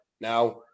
Now